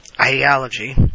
ideology